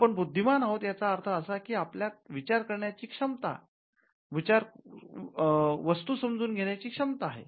आपण बुद्धिमान आहोत याचा अर्थ असा कि आपल्यात विचार करण्याची वस्तू समजून घेण्याची क्षमता आहे